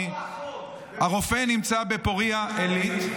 הרופא נמצא בפוריה עילית.